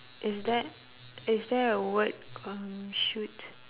is that is there a word um shoot